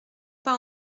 pas